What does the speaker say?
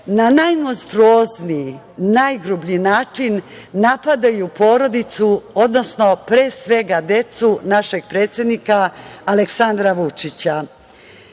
na najmonstruozniji, najgrublji način napadaju porodicu, odnosno, pre svega, decu našeg predsednika Aleksandra Vučića. Često